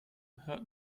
hört